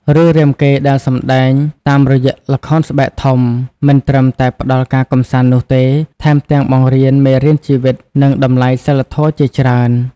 រឿងរាមកេរ្តិ៍ដែលសម្ដែងតាមរយៈល្ខោនស្បែកធំ មិនត្រឹមតែផ្ដល់ការកម្សាន្តនោះទេ ថែមទាំងបង្រៀនមេរៀនជីវិត និងតម្លៃសីលធម៌ជាច្រើន ។